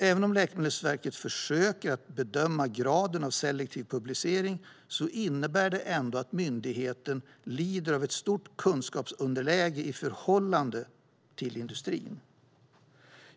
Även om Läkemedelsverket försöker att bedöma graden av selektiv publicering innebär det att myndigheten lider av ett stort kunskapsunderläge i förhållande till industrin.